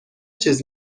چیز